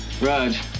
Raj